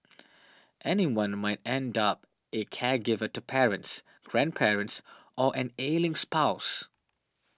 anyone might end up a caregiver to parents grandparents or an ailing spouse